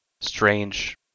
strange